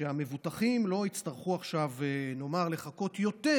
שהמבוטחים לא יצטרכו לחכות יותר,